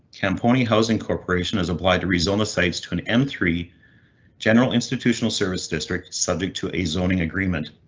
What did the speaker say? camponi housing corporation is applied to rezone the sites to an m three general institutional service district, subject to a zoning agreement.